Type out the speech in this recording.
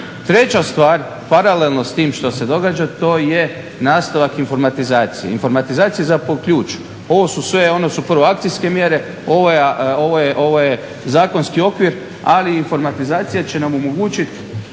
Treća stvar, paralelno s tim što se događa to je nastavak informatizacije. Informatizacija je zapravo ključ, ovo su sve, one su proakcijske mjere, ovo je zakonski okvir, ali informatizacija će nam omogućit